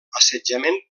assetjament